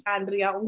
Andrea